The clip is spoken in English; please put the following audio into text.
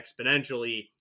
exponentially